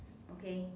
okay